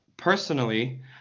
Personally